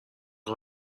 جیغ